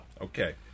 Okay